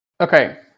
Okay